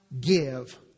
give